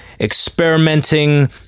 experimenting